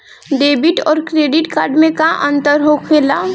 Debit और credit card मे अंतर का होला?